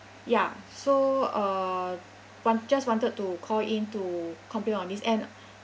ya so uh want just wanted to call in to compliment on this and